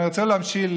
אני רוצה להמשיל,